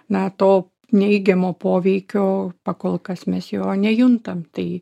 na to neigiamo poveikio pakol kas mes jo nejuntam tai